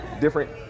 different